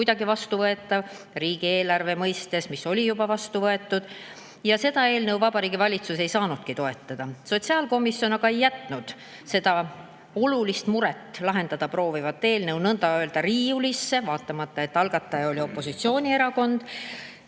kuidagi vastuvõetav riigieelarve seisukohalt, mis oli juba vastu võetud. Seda eelnõu Vabariigi Valitsus ei saanudki toetada. Sotsiaalkomisjon aga ei jätnud seda olulist muret lahendada proovinud eelnõu nõnda-öelda riiulisse, kuigi selle algataja oli opositsioonierakond.